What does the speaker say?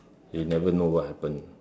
you never know what happen